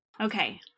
Okay